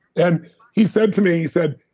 and he said to me, he said,